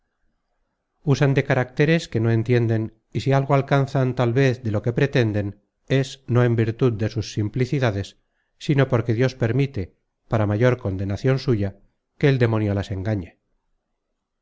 usan de caracteres que no entienden y si algo alcanzan tal vez de lo que pretenden es no en virtud de sus simplicidades sino porque dios permite para mayor condenacion suya que el demonio las engañe